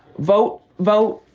vote, vote.